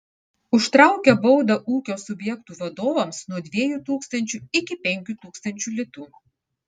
užtraukia baudą ūkio subjektų vadovams nuo dviejų tūkstančių iki penkių tūkstančių litų